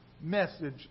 message